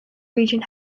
region